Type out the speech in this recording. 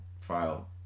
file